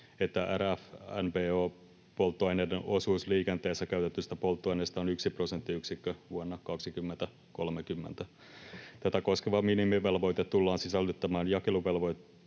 että RFNBO-polttoaineiden osuus liikenteessä käytetyistä polttoaineista on yksi prosenttiyksikkö vuonna 2030. Tätä koskeva minimivelvoite tullaan sisällyttämään jakeluvelvoitteeseen